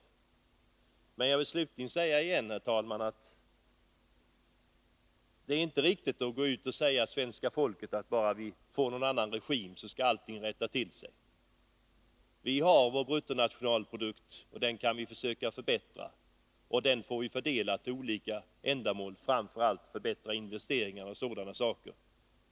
Men jag vill säga, herr talman, att det inte är riktigt att säga till det svenska folket att bara det blir en annan regim så skall allting rätta till sig. Vi har vår bruttonationalprodukt, och den kan vi försöka förbättra. Och vi får göra en fördelning på olika ändamål, framför allt förbättra investeringar o. d.